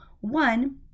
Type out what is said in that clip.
one